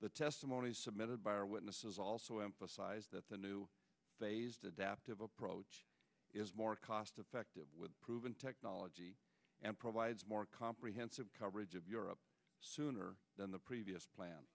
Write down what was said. the testimony submitted by our witnesses also emphasized that the new phased adaptive approach is more cost effective with proven technology and provides more comprehensive coverage of europe sooner than the previous plan